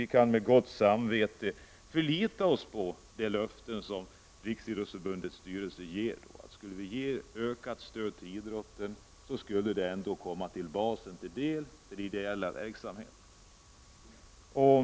Vi kan med gott samvete förlita oss på de löften som Riksidrottsförbundets styrelse ger. Ges ökat stöd till idrotten, kommer det stödet basen till del för den ideella verksamheten.